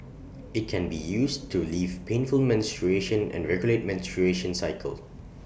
IT can be used to leaf painful menstruation and regulate menstruation cycle